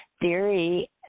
theory